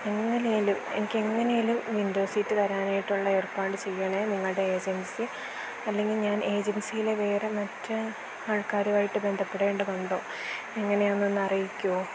എങ്ങനെയെങ്കിലും എനിക്ക് എങ്ങനെയെങ്കിലും വിൻഡോ സീറ്റ് തരാനായിട്ടുള്ള ഏർപ്പാട് ചെയ്യണേ നിങ്ങളുടെ ഏജൻസി അല്ലെങ്കിൽ ഞാൻ ഏജൻസിയിലെ വേറെ മറ്റ് ആൾക്കാരുമായിട്ട് ബന്ധപ്പെടേണ്ടതുണ്ടോ എങ്ങനെയാണെന്നൊന്ന് അറിയിക്കുമോ